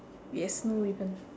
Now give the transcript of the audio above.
yes no ribbon